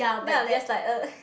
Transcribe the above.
then I'm just like uh